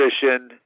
position